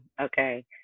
okay